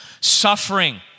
suffering